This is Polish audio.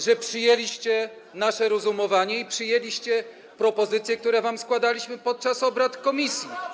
Że przyjęliście nasze rozumowanie i przyjęliście propozycje, które wam składaliśmy podczas obrad komisji.